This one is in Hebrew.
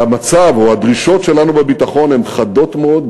והדרישות שלנו בביטחון הן חדות מאוד,